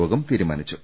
യോഗം തീരുമാനിച്ചു